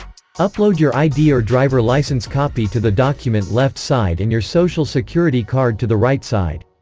upload your id or driver licence copy to the document left side and your social security card to the right side.